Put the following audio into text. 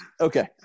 Okay